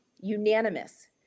unanimous